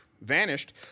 vanished